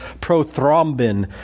prothrombin